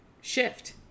shift